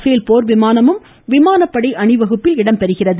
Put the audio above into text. பேல் போர்விமானமும் விமானப்படை அணிவகுப்பில் இடம்பெறுகிறது